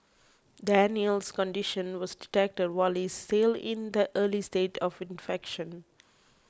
Daniel's condition was detected while he is still in the early stage of infection